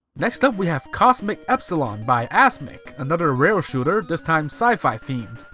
next up, we have cosmic epsilon by asmik, another rail shooter, this time sci-fi themed.